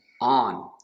on